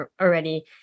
already